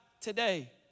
today